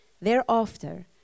Thereafter